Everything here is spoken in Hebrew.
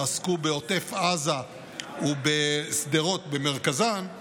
ועסקו בעוטף עזה ובשדרות במרכזן,